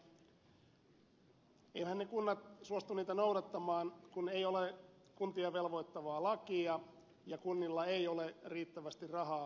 eiväthän ne kunnat suostu niitä noudattamaan kun ei ole kuntia velvoittavaa lakia ja kunnilla ei ole riittävästi rahaa palvelujen järjestämiseen